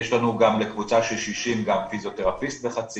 יש לנו גם לקבוצה של 60 פיזיותרפיסט בחצי